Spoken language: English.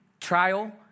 trial